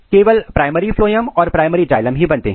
केवल primary phloem और primary xylem ही बनते हैं